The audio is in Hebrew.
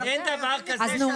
אין דבר כזה.